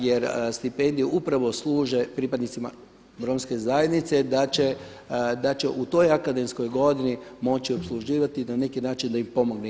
Jer stipendije upravo služe pripadnicima romske zajednice da će u toj akademskoj godini moći opsluživati i na neki način da im pomogne.